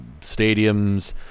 stadiums